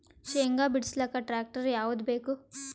ಶೇಂಗಾ ಬಿಡಸಲಕ್ಕ ಟ್ಟ್ರ್ಯಾಕ್ಟರ್ ಯಾವದ ಬೇಕು?